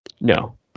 No